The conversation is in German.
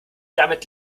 damit